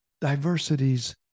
diversities